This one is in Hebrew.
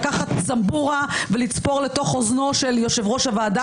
לקחת זמבורה ולצפור לתוך אוזנו של יושב-ראש הוועדה,